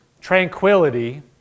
tranquility